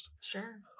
Sure